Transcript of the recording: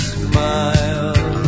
smile